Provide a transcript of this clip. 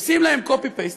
עושים להם קופי פייסט,